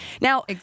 Now